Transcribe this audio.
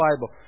Bible